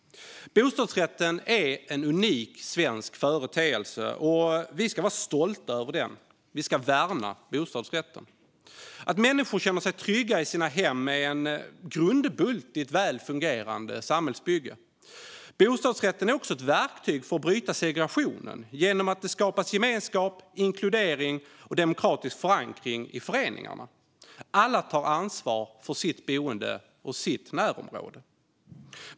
Bostadsrätten är en unik svensk företeelse. Vi ska vara stolta över den och värna den. Att människor känner sig trygga i sina hem är en grundbult i ett väl fungerande samhällsbygge. Bostadsrätten är också ett verktyg som kan användas för att bryta segregationen genom att det skapas gemenskap, inkludering och demokratisk förankring i föreningen. Alla tar ansvar för sitt boende och sitt närområde.